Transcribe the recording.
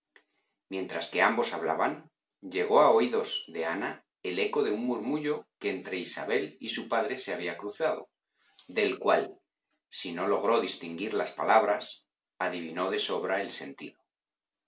mientras que ambos hablaban llegó a oídos de ana el eco de un murmullo que entre isabel y su padre se había cruzado del cual si no logró distinguir las palabras adivinó de sobra el sentido